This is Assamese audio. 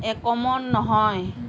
একমত নহয়